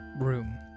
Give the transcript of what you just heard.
room